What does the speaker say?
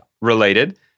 related